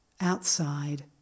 outside